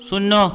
শূন্য